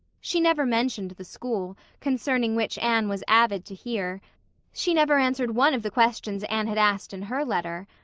she never mentioned the school, concerning which anne was avid to hear she never answered one of the questions anne had asked in her letter.